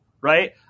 Right